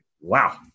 wow